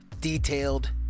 detailed